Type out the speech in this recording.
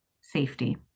safety